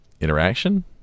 interaction